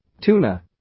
Tuna